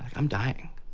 i'm dying.